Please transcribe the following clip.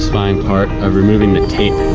part of removing the tape.